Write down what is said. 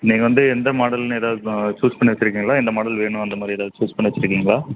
நீங்கள் வந்து எந்த மாடல்ன்னு ஏதாவது ப சூஸ் பண்ணி வச்சிருக்கீங்களா இந்த மாடல் வேணும் அந்த மாதிரி ஏதாவது சூஸ் பண்ணி வச்சிருக்கீங்களா